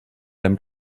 hem